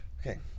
Okay